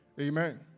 Amen